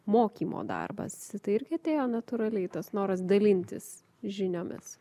mokymo darbas tai irgi atėjo natūraliai tas noras dalintis žiniomis